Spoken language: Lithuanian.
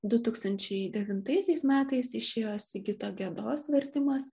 du tūkstančiai devintaisiais metais išėjo sigito gedos vertimas